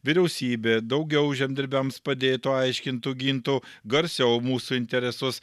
vyriausybė daugiau žemdirbiams padėtų aiškintų gintų garsiau mūsų interesus